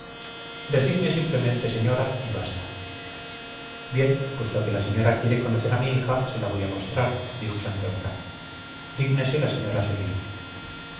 decidme simplemente señora y basta bien puesto que la señora quiere conocer a mi hija se la voy a mostrar dijo santorcaz dígnese la señora seguirme